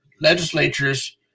legislatures